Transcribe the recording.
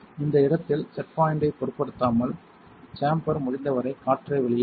இந்த இடத்தில் செட் பாயிண்ட்டைப் பொருட்படுத்தாமல் சேம்பர் முடிந்தவரை காற்றை வெளியேற்றும்